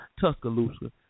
Tuscaloosa